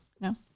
No